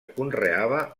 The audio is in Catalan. conreava